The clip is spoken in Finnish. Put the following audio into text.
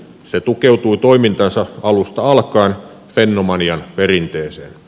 se tukeutui toimintansa alusta alkaen fennomanian perinteeseen